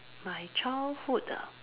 my childhood ah